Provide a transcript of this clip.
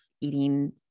eating